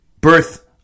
birth